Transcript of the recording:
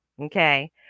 okay